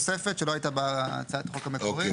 זה תוספת שלא הייתה בהצעת החוק המקורית